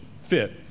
fit